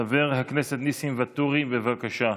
חבר הכנסת ניסים ואטורי, בבקשה.